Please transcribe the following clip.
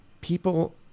people